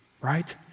right